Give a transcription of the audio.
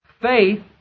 faith